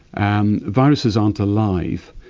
and viruses aren't alive.